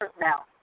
now